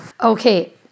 Okay